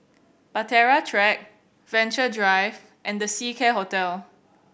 Bahtera Track Venture Drive and The Seacare Hotel